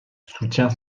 soutient